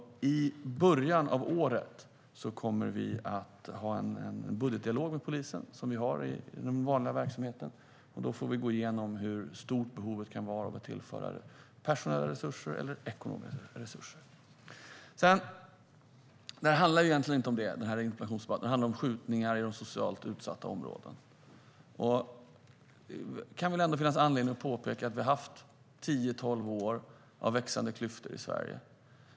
I början av året kommer vi att ha en budgetdialog med polisen, som vi har i den vanliga verksamheten. Då får vi gå igenom hur stort behovet kan vara av att tillföra personella eller ekonomiska resurser. Interpellationsdebatten handlar egentligen inte om det, utan den handlar om skjutningar i socialt utsatta områden. Det kan finnas anledning att påpeka att vi har haft tio tolv år av växande klyftor i Sverige.